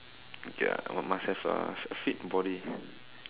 ya must have a a fit body